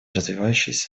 развивающиеся